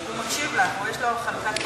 הוא מקשיב לך, יש לו חלוקת קשב טובה.